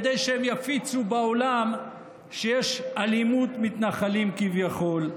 כדי שהם יפיצו בעולם שיש אלימות מתנחלים כביכול.